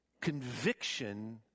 conviction